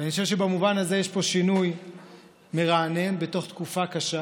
ואני חושב שבמובן הזה יש פה שינוי מרענן בתוך תקופה קשה.